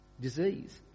disease